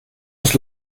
des